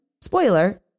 Spoiler